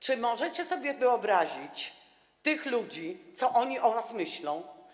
Czy możecie sobie wyobrazić tych ludzi, to, co oni o was myślą?